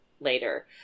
later